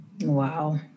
Wow